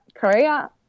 Korea